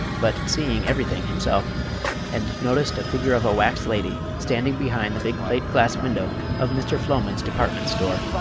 but seeing everything himself and noticed a figure of a wax lady standing behind the big plate glass window of mr. floman's department store.